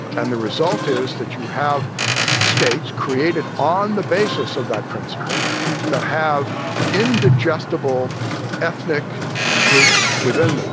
and the result is that you have states created on the basis of that principle that have indigestible ethnic groups within